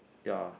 ya